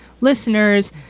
listeners